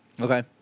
Okay